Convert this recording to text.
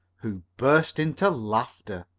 who burst into laughter.